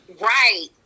Right